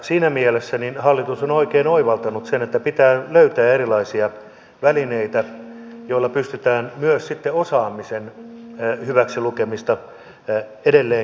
siinä mielessä hallitus on oikein oivaltanut sen että pitää löytää erilaisia välineitä joilla pystytään myös sitten osaamisen hyväksilukemista edelleen kehittämään